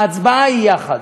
ההצבעה היא יחד,